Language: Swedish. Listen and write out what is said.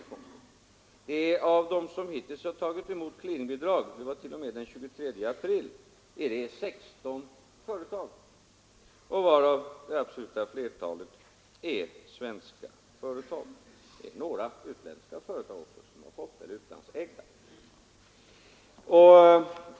Av de 16 företag som fram t.o.m. 23 april hade tagit emot clearingbidrag var det absoluta flertalet svenska bolag. Också några utlandsägda företag hade fått sådant bidrag.